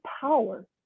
power